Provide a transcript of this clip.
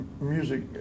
music